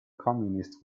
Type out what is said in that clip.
communist